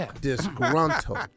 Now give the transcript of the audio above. disgruntled